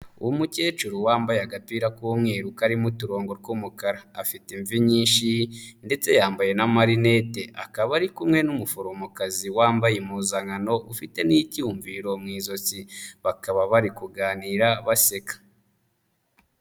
Umukecuru wambaye agapira k'umweru karimo uturongo tw'umukara, afite imvi nyinshi ndetse yambaye n'amarinete, akaba ari kumwe n'umuforomokazi wambaye impuzankano ufite n'icyumviro mu izosi, bakaba bari kuganira baseka.